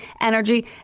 energy